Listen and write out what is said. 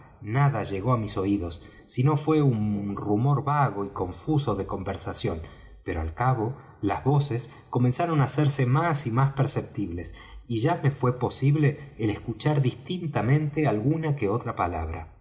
nada llegó á mis oídos sino fué un rumor vago y confuso de conversación pero al cabo las voces comenzaron á hacerse más y más perceptibles y ya me fué posible el escuchar distintamente alguna que otra palabra